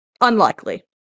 Unlikely